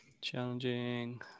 Challenging